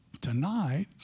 tonight